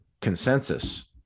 consensus